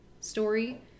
story